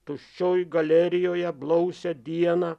tuščioj galerijoje blausią dieną